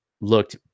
looked